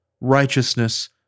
righteousness